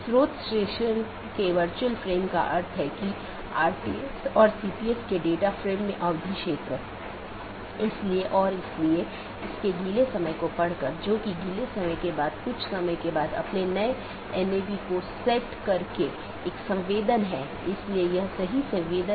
और BGP protocol के तहत एक BGP डिवाइस R6 को EBGP के माध्यम से BGP R1 से जुड़ा हुआ है वहीँ BGP R3 को BGP अपडेट किया गया है और ऐसा ही और आगे भी है